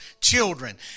children